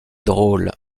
drôle